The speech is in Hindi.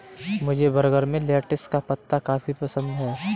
मुझे बर्गर में लेटिस का पत्ता काफी पसंद है